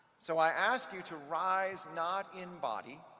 so i ask you to rise not in body,